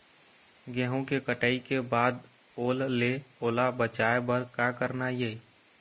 गेहूं के कटाई के बाद ओल ले ओला बचाए बर का करना ये?